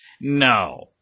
no